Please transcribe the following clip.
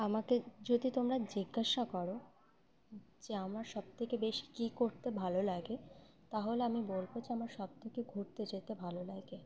আমাকে যদি তোমরা জিজ্ঞাসা করো যে আমার সবথেকে বেশি কী করতে ভালো লাগে তাহলে আমি বলবো যে আমার সবথেকে ঘুরতে যেতে ভালো লাগে